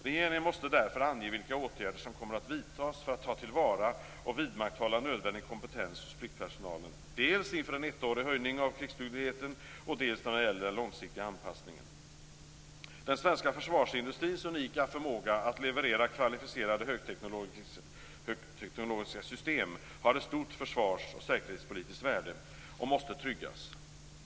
Regeringen måste därför ange vilka åtgärder som kommer att vidtas för att ta till vara och vidmakthålla nödvändig kompetens hos pliktpersonalen, dels inför en ettårig höjning av krigsdugligheten, dels när det gäller den långsiktiga anpassningen. Den svenska försvarsindustrins unika förmåga att leverera kvalificerade högteknologiska system har ett stort försvars och säkerhetspolitiskt värde och måste tryggas.